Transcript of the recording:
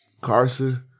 Carson